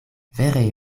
vere